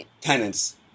tenants